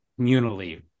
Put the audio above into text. communally